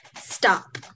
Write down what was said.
stop